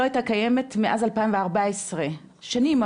לא הייתה קיימת מאז 2014. שנים,